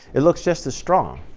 it looks just as strong.